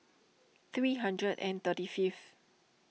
three hundred and thirty fifth